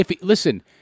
Listen